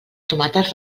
tomates